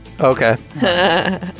Okay